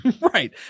right